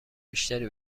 بیشتری